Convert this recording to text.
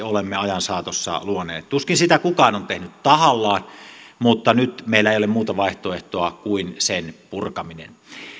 olemme ajan saatossa luoneet tuskin sitä kukaan on tehnyt tahallaan mutta nyt meillä ei ole muuta vaihtoehtoa kuin sen purkaminen